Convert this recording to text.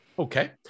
Okay